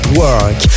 work